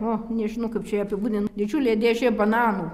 o nežinau kaip čia ją apibūdint didžiulė dėžė bananų